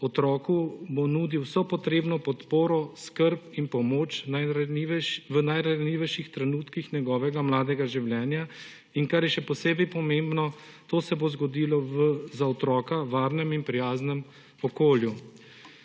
Otroku bo nudil vso potrebno podporo, skrb in pomoč v najranljivejših trenutkih njegovega mladega življenja. In kar je še posebej pomembno, to se bo zgodilo v za otroka varnem in prijaznem okolju.